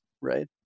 right